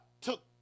took